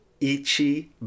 Ichiban